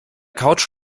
couch